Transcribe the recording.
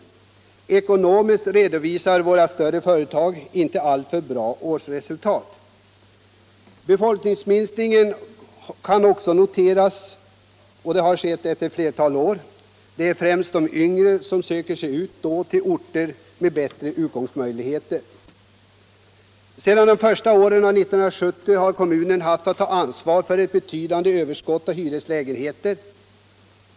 Men ekonomiskt redovisar våra större företag inte alltför bra årsresultat. Befolkningsminskningen kan också noteras, och den har skett under ett flertal år. Det är främst de yngre som söker sig till orter med bättra utkomstmöjligheter. Sedan de första åren av 1970-talet har kommunen haft att ta ansvar för ett betydande överskott av hyreslägenheter.